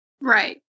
Right